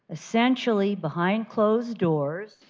essentially behind closed doors,